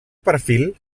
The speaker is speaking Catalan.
perfil